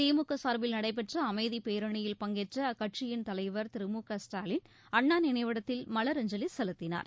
திமுக சார்பில் நடைபெற்ற அமைதிப் பேரணியில் பங்கேற்ற அக்கட்சியின் தலைவர் திரு மு க ஸ்டாலின் அண்ணா நினைவிடத்தில் மலரஞ்சலி செலுத்தினார்